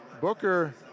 Booker